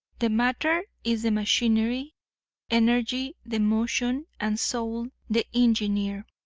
the matter is the machinery energy the motion and soul the engineer.